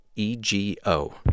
E-G-O